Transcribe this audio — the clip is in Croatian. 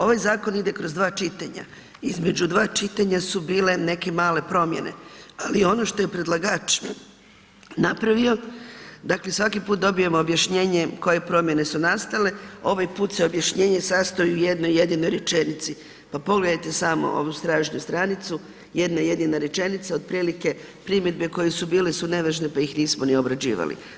Ovaj zakon ide kroz dva čitanja su bile neke male promjene ali ono što je predlagač napravio, dakle svaki put dobijemo objašnjenje koje promjene su nastale, ovaj put se objašnjenje sastoji u jednoj rečenici, pa pogledajte samo ovu stražnju stranicu, jedna jedina rečenica otprilike, primjedbe koje su bile su nevažne pa ih nismo ni obrađivali.